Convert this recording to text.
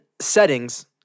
settings